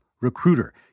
Recruiter